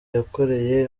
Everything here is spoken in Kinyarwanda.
yakoreye